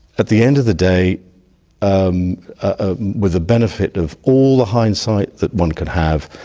but the end of the day um ah with the benefit of all the hindsight that one could have.